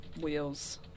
wheels